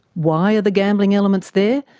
why are the gambling elements there?